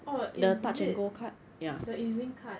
or is it the EZ-link card